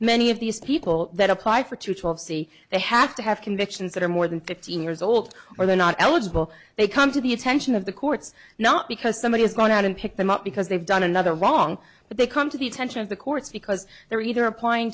many of these people that apply for two twelve c they have to have convictions that are more than fifteen years old or they're not eligible they come to the attention of the courts not because somebody has gone out and picked them up because they've done another wrong but they come to the attention of the courts because they're either applying